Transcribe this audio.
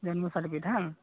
ᱡᱚᱱᱢᱚ ᱥᱟᱨᱴᱤᱯᱤᱠᱤᱴ ᱵᱟᱝ